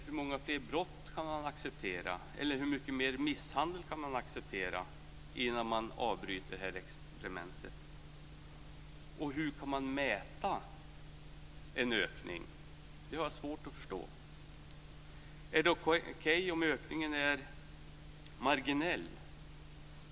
Hur många fler brott och hur mycket mer misshandel kan man acceptera innan man avbryter experimentet? Och hur kan man mäta en ökning? Jag har svårt att förstå det. Är det okej om ökningen är marginell?